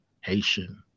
Haitian